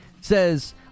says